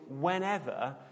whenever